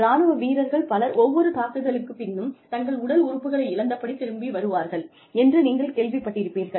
ராணுவ வீரர்கள் பலர் ஒவ்வொரு தாக்குதலுக்குப் பின்னும் தங்கள் உடல் உறுப்புகளை இழந்த படி திரும்பி வருவார்கள் என்று நீங்கள் கேள்விப்பட்டிருப்பீர்கள்